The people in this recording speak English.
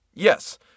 Yes